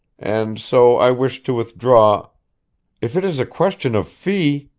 and so i wish to withdraw if it is a question of fee